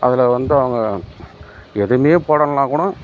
அதில் வந்து அவங்க எதுவுமே போடலைனா கூடம்